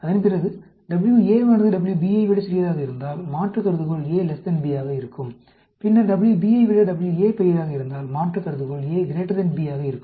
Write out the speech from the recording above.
அதன்பிறகு WA வானது WB ஐ விட சிறியதாக இருந்தால் மாற்று கருதுகோள் A B ஆக இருக்கும் பின்னர் WB ஐ விட WA பெரியதாக இருந்தால் மாற்று கருதுகோள் A B ஆக இருக்கும்